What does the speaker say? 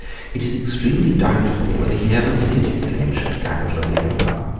it is extremely doubtful whether he ever visited the ancient capital of the empire.